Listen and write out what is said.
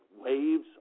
waves